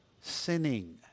sinning